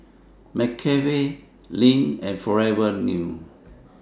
McCafe Lindt and Forever New